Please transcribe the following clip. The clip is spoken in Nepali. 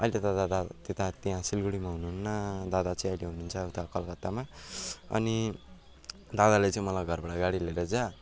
अहिले त दादा त्यता त्यहाँ सिलगढीमा हुनु हुन्न दादा चाहिँ अहिले हुनु हुन्छ उता कलकत्तामा अनि दादाले चाहिँ मलाई घरबाट गाडी लिएर जऊ